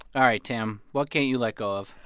all right, tam. what can't you let go of?